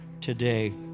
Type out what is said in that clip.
today